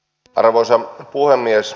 arvoisa puhemies